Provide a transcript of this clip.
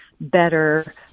better